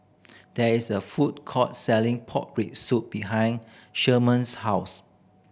there is a food court selling pork rib soup behind Sherman's house